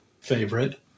favorite